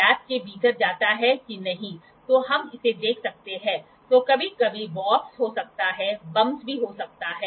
अत यह∆y जिसका उपयोग विस्थापन के संदर्भ में एंगल को मापने के लिए किया जाता है हम इसे प्राप्त करने का प्रयास कर सकते हैं